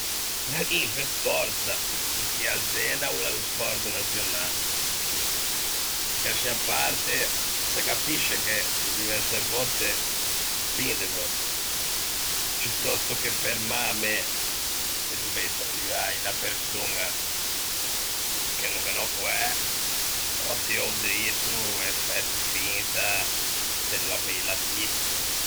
Bellin pe fòrsa, chì à Zena o l'é o spòrt naçionâ! Schersci à parte, se capisce che diversce vòtte, pin de vòtte, ciù tòsto che fermâme e dovei saluâ unna persoña che no ghe n'ò coæ, ò tiou drito e fæto finta de no aveila vista.